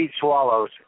swallows